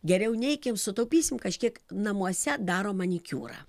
geriau neikim sutaupysim kažkiek namuose daro manikiūrą